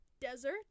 desert